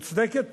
אומנם מוצדקת,